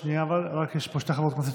שנייה, יש פה שתי חברות כנסת שצריכות להתייחס.